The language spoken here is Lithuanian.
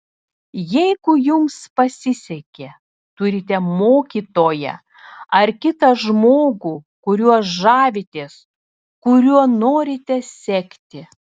jeigu jums pasisekė turite mokytoją ar kitą žmogų kuriuo žavitės kuriuo norite sekti